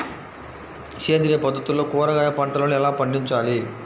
సేంద్రియ పద్ధతుల్లో కూరగాయ పంటలను ఎలా పండించాలి?